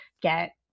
get